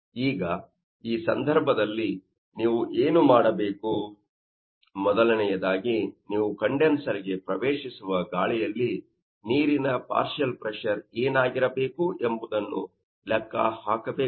ಈಗ ಈ ಸಂದರ್ಭದಲ್ಲಿ ನೀವು ಏನು ಮಾಡಬೇಕು ಮೊದಲನೆಯದಾಗಿ ನೀವು ಕಂಡೆನ್ಸರ್ ಗೆ ಪ್ರವೇಶಿಸುವ ಗಾಳಿಯಲ್ಲಿ ನೀರಿನ ಪಾರ್ಷಿಯಲ್ ಪ್ರೆಶರ್ ಏನಾಗಿರಬೇಕು ಎಂಬುದನ್ನು ಲೆಕ್ಕ ಹಾಕಬೇಕು